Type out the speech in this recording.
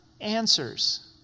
answers